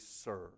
serve